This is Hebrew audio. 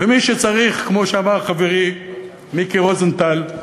ומי שצריך, כמו שאמר חברי מיקי רוזנטל,